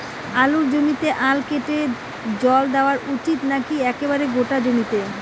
আলুর জমিতে আল কেটে জল দেওয়া উচিৎ নাকি একেবারে গোটা জমিতে?